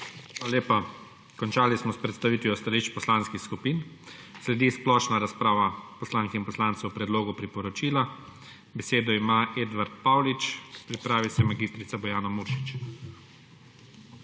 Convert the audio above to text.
Hvala lepa. Končali smo s predstavitvijo stališč poslanskih skupin. Sledi splošna razprava poslank in poslancev o predlogu priporočila. Besedo ima Edvard Paulič, pripravi se mag. Bojana Muršič.